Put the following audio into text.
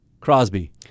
Crosby